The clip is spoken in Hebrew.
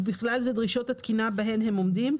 ובכלל זה דרישות התקינה בהן הם עומדים,